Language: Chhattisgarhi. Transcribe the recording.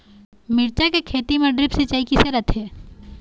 मिरचा के खेती म ड्रिप सिचाई किसे रथे?